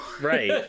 Right